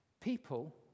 People